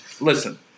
Listen